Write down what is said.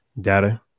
data